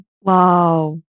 Wow